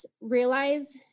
realize